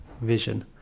vision